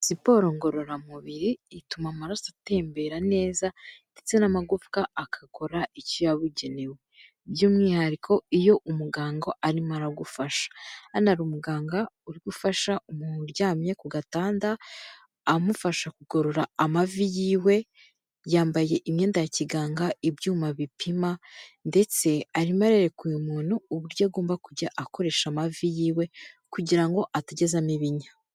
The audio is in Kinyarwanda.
Siporo ngororamubiri ituma amaraso atembera neza ndetse n'amagufwa agakora icyo yabugenewe by'umwihariko iyo umuganga arimo aragufasha, hano hari umuganga uri gufasha umuntu uryamye ku gatanda amufasha kugorora amavi yiwe, yambaye imyenda ya kiganga ibyuma bipima ndetse arimo arereka uyu muntu uburyo agomba kujya akoresha amavi yiwe kugira ngo atajya azamo ibinya.